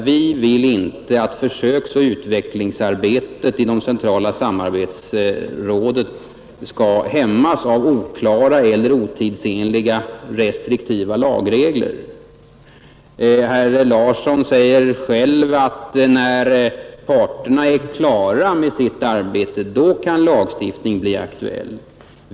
Vi vill inte att försöksoch utvecklingsarbetet i de centrala samarbetsråden skall hämmas av oklara eller otidsenligt restriktiva lagregler. Herr Larsson sade själv att när parterna är klara med sitt arbete, kan lagstiftning bli aktuell.